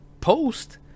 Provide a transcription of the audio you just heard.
post